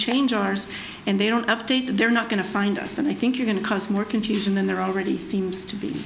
change ours and they don't update that they're not going to find us and i think you're going to cause more confusion than there already seems to be